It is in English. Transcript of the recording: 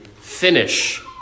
finish